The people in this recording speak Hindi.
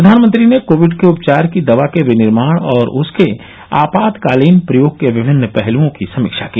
प्रधानमंत्री ने कोविड के उपचार की दवा के विनिर्माण और उसके आपातकालीन प्रयोग के विभिन्न पहलुओं की समीक्षा की